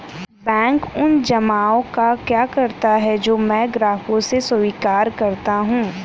Bank उन जमाव का क्या करता है जो मैं ग्राहकों से स्वीकार करता हूँ?